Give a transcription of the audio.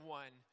one